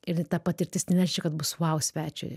ir ta patirtis nereiškia kad bus vau svečiui